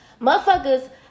motherfuckers